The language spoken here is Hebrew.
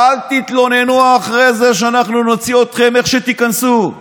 ואל תתלוננו אחרי זה כשאנחנו נוציא אתכם איך שתיכנסו.